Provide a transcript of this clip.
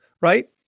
Right